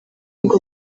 ngo